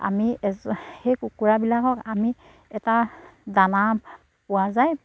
আমি সেই কুকুৰাবিলাকক আমি এটা দানা পোৱা যায়